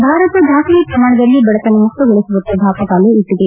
ಭಾರತ ದಾಖಲೆ ಪ್ರಮಾಣದಲ್ಲಿ ಬಡತನ ಮುಕ್ತಗೊಳಿಸುವತ್ತ ದಾಪುಗಾಲು ಇಟ್ಟದೆ